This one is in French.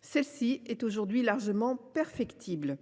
celle ci est aujourd’hui largement perfectible.